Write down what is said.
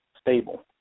stable